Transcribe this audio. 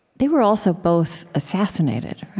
they were also both assassinated.